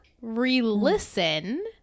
re-listen